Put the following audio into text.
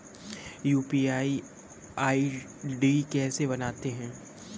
UPI ID कैसे बनाते हैं?